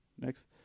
next